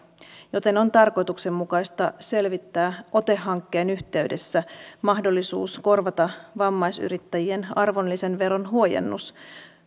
joten on tarkoituksenmukaista selvittää ote hankkeen yhteydessä mahdollisuus korvata vammaisyrittäjien arvonlisäveron huojennus